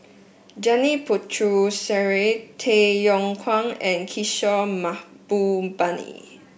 Janil Puthucheary Tay Yong Kwang and Kishore Mahbubani